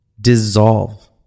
dissolve